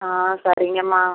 ஆமாம் சரிங்கம்மா